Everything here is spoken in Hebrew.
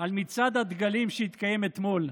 על מצעד הדגלים שהתקיים אתמול.